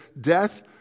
Death